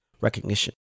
recognition